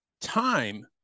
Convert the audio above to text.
time